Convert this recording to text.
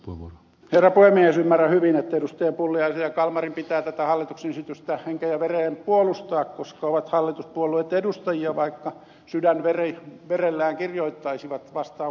ymmärrän hyvin että edustajien pulliainen ja kalmari pitää tätä hallituksen esitystä henkeen ja vereen puolustaa koska ovat hallituspuolueitten edustajia vaikka sydänverellään kirjoittaisivat ajatuksensa